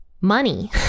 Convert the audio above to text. money